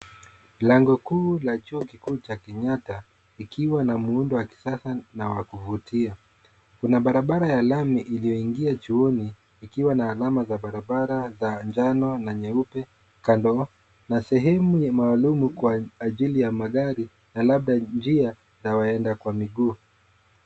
Lango kuu la chuo kikuu cha kenyatta ikiwa na muundo wa kisasa na wa kuvutia. Kuna barabara ya lami iliyoingia chuoni ikiwa na alama za barabara za njano na nyeupe kando, na sehemu ya maalumu kwa magari na labda njia na waenda kwa miguu.